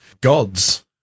gods